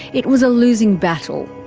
it was a losing battle.